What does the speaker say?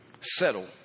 settle